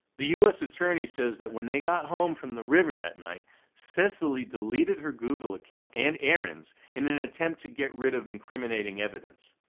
the us attorney says that when they got home from the river that night cecily deleted her google account and aaron's in an attempt to get rid of incriminating evidence.